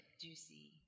Juicy